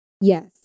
Yes